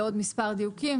ועוד מספר דיוקים,